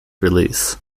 release